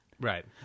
Right